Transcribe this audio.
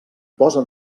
posa